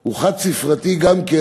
הוא חד-ספרתי גם כן,